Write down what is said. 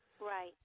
Right